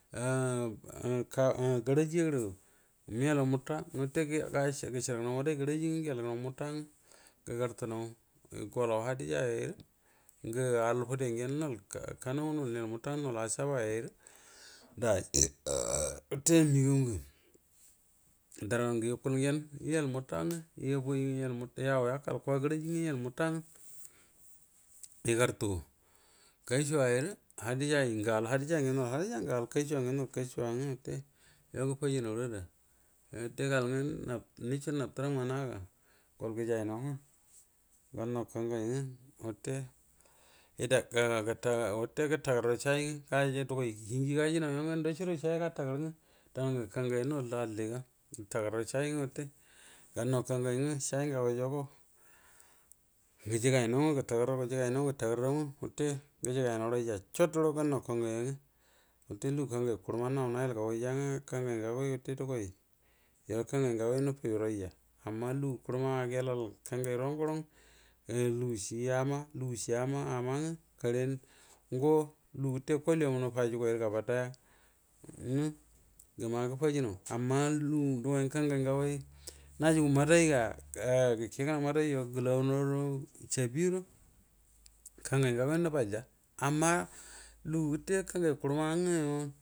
ka aunaw garaji ya gərə mə yeltaw mota ngwə wate gəcrar gənaw maday garaji ng wə gəyel mota ngwə gəgar fu naw gollaw hudijayara ngə al fude gyen noi kano ngwə noi niyel mota ngwə noi asaba ayrə day mhh m məgaw ngv dəran ngə yekual nyen wate yiyel mota yabon ngwa yau yakal ku a garaji yeel mota yehar tu gashia ko hadija ay ngə al gashira gyan noi hadija ngə al hadija ngən gwə al gashua gyla nol gashua ngwa nduco nabtenduco nabteram nganaga gajangwa gannaw kangai ngwə water gətagərraw shayii gaji dugway hienjie gajinaw yungwə naco guno shay gatagera dan gwə yungwə naco guəro shey gatagers dan gwə kangay noi lə alli ga gətəgar yau. Shayi wate shayi ga gou yogo gəja gaunau gətə gəraw gəja gau naw ngwə gəte garrw gannaw kangai angwə wude lagu kangai kuruma naw nayel gaguay yanwe kangai yow ate dugway kangu kangai yo new few ray ya, wafe lukangai yo neu few rai ya, wafe lugu kurama a gelal kangay wrong go ran lugushi ama lugu ama nawe kare ngo lagu gəte kol yu mu nə faju gway rə gababaya ngwə gəma gəfajinaw. Amma lugu ngwə kangay ngagway najugu maday ga gakegə naw sabbi guxlo kasay ngandar nəbal ja amma lugu gəte kansay kurama ngua.